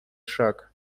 шаг